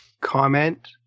comment